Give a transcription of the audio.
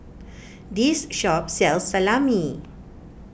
this shop sells Salami